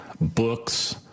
books